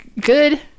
good